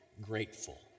grateful